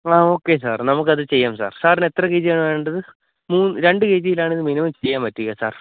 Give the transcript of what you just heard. ആ okay sir നമുക്ക് അത് ചെയ്യാം സാര് സാറിന് എത്ര കേജി ആണ് വേണ്ടത് മൂന്ന് രണ്ട് കെജിയിലാണ് ഇത് മിനിമം ചെയ്യാന് പറ്റുക സാര്